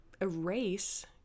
erase